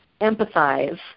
empathize